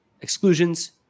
Exclusions